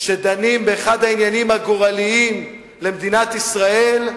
כשדנים באחד העניינים הגורליים למדינת ישראל,